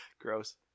Gross